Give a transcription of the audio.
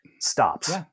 stops